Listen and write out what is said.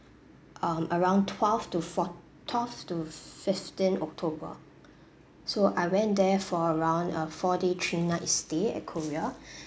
um around twelve to four twelve to fifteen october so I went there for around a four day three nights stay at korea